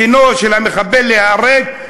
דינו של המחבל ליהרג,